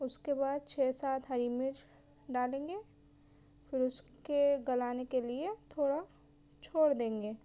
اس کے بعد چھ سات ہری مرچ ڈالیں گے پھر اس کے گلانے کے لئے تھوڑا چھوڑ دیں گے